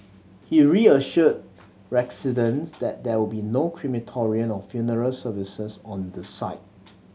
he reassured residents that there will be no crematorium or funeral services on the site